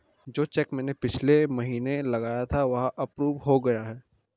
जो चैक मैंने पिछले महीना लगाया था वह अप्रूव हो गया है